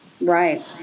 right